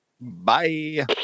Bye